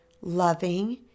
loving